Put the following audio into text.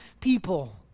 people